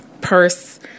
purse